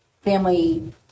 family